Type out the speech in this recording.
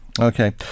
Okay